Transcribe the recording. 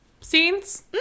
scenes